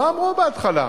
מה אמרו בהתחלה?